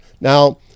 Now